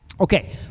okay